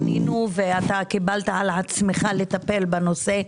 אנחנו פנינו, וקיבלת על עצמך לטפל בנושא.